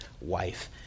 wife